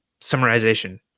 summarization